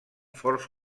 forts